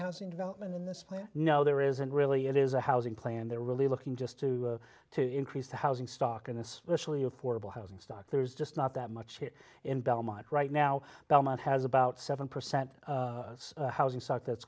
housing development and no there isn't really it is a housing plan they're really looking just to to increase the housing stock and especially affordable housing stock there's just not that much here in belmont right now belmont has about seven percent housing stock that's